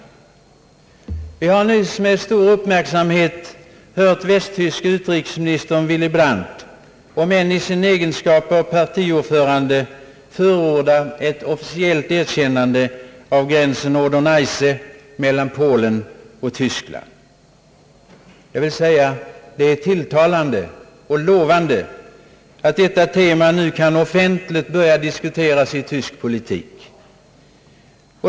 Vi har nyligen med stor uppmärksamhet hört den västtyske utrikesministern Willy Brandt, om än i sin egenskap av partiordförande, förorda ett officiellt erkännande av gränsen Oder Neisse mellan Polen och Tyskland. Det är tilltalande och lovande att detta tema nu kan börja offentligt diskuteras i tysk politik.